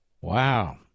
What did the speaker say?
Wow